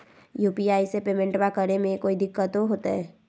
UPI से पेमेंटबा करे मे कोइ दिकतो होते?